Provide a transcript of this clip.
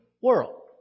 world